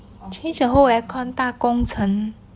change the whole aircon 大工程